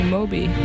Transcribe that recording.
Moby